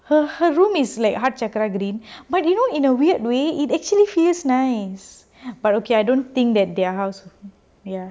her her room is like heart sakra green but you know in a weird way it actually feels nice but okay I don't think that their house ya